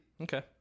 Okay